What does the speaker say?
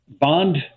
bond